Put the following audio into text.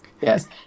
Yes